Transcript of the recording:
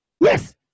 Yes